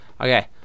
okay